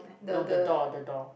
no the door the door